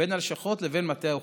בין הלשכות לבין מטה האוכלוסין,